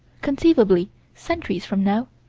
conceivably centuries from now,